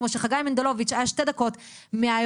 כמו שחגי מנדלוביץ' היה שתי דקות מהאירוע